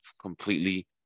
completely